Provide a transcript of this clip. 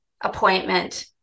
appointment